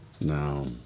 no